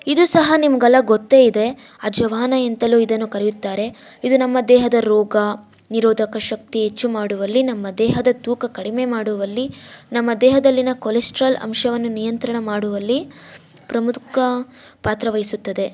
ಇದು ಸಹ ನಿಮ್ಗೆಲಾ ಗೊತ್ತೇ ಇದೆ ಅಜವಾನ ಎಂತಲೂ ಇದನ್ನು ಕರೆಯುತ್ತಾರೆ ಇದು ನಮ್ಮ ದೇಹದ ರೋಗ ನಿರೋದಕ ಶಕ್ತಿ ಹೆಚ್ಚು ಮಾಡುವಲ್ಲಿ ನಮ್ಮ ದೇಹದ ತೂಕ ಕಡಿಮೆ ಮಾಡುವಲ್ಲಿ ನಮ್ಮ ದೇಹದಲ್ಲಿನ ಕೊಲೆಸ್ಟ್ರಾಲ್ ಅಂಶವನ್ನು ನಿಯಂತ್ರಣ ಮಾಡುವಲ್ಲಿ ಪ್ರಮುಖ ಪಾತ್ರವಹಿಸುತ್ತದೆ